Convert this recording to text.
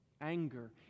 Anger